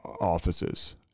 offices